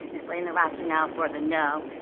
explain the rationale for the no,